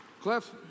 Cliff